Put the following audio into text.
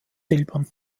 silbern